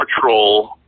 Patrol